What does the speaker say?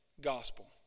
gospel